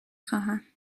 خواهم